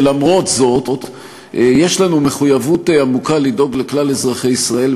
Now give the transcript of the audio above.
שלמרות זאת יש לנו מחויבות עמוקה לדאוג לכלל אזרחי ישראל,